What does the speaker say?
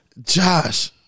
Josh